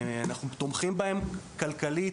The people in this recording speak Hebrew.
אנחנו תומכים בהם כלכלית,